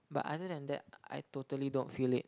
but other than that I totally don't feel it